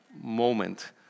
moment